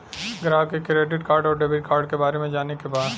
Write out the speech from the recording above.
ग्राहक के credit card और डेविड कार्ड के बारे में जाने के बा?